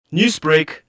Newsbreak